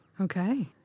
Okay